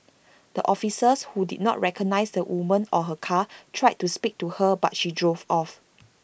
the officers who did not recognise the woman or her car tried to speak to her but she drove off